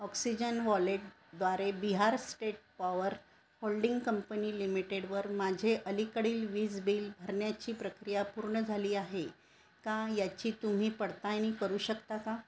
oxygen वॉलेटद्वारे Bihar state power holding company लिमिटेडवर माझे अलीकडील वीज बिल भरण्याची प्रक्रिया पूर्ण झाली आहे का याची तुम्ही पडताळणी करू शकता का